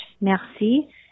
merci